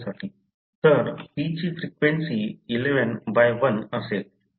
तर p ची frequency 11 by 1 111 असेल